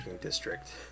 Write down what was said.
district